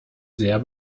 sehr